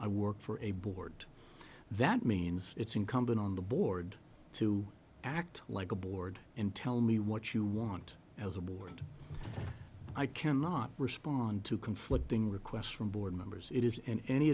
i work for a board that means it's incumbent on the board to act like a board and tell me what you want as a board i cannot respond to conflicting requests from board members it is in any